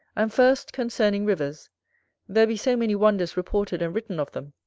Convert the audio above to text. and first concerning rivers there be so many wonders reported and written of them,